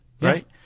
Right